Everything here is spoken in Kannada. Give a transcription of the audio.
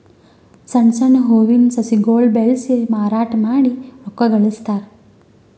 ಸಣ್ಣ್ ಸಣ್ಣ್ ಹೂವಿನ ಸಸಿಗೊಳ್ ಬೆಳಸಿ ಮಾರಾಟ್ ಮಾಡಿ ರೊಕ್ಕಾ ಗಳಸ್ತಾರ್